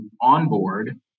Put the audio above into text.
onboard